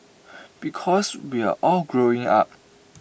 because we're all growing up